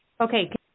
Okay